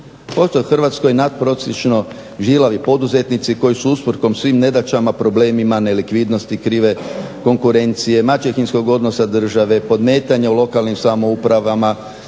Postoje u Hrvatskoj natprosječno žilavi poduzetnici koji su usprkos svim nedaćama, problemima nelikvidnosti krive konkurencije, maćehinskog odnosa države, podmetanja u lokalnim samoupravama,